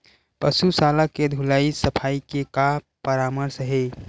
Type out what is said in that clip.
पशु शाला के धुलाई सफाई के का परामर्श हे?